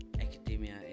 academia